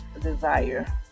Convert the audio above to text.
desire